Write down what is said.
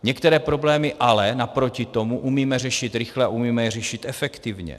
Některé problémy ale naproti tomu umíme řešit rychle a umíme je řešit efektivně.